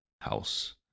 house